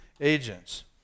agents